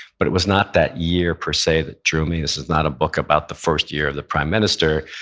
but it was not that year per se that drew me. this is not a book about the first year of the prime minister.